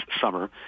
summer